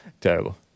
Terrible